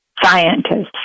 scientists